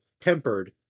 tempered